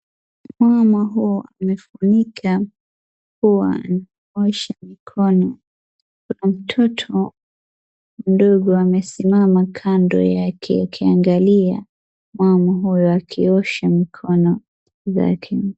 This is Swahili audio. Mama huo amefunika pua anaosha mikono. Kuna mtoto mdogo amesimama kando yake akiangalia mama huyu akiosha mikono zake.